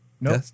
No